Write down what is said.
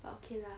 but okay lah